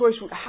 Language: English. choice